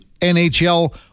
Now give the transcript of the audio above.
NHL